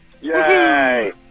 Yay